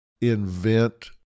invent